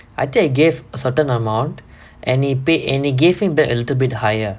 I think I gave a certain amount and he paid and he gave me back a little bit higher